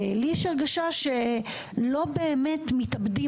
ולי יש הרגשה שלא באמת מתאבדים,